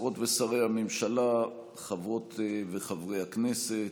שרות ושרי הממשלה, חברות וחברי הכנסת,